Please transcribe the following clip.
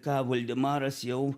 ką voldemaras jau